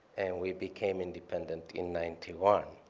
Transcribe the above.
and we became independent in ninety one.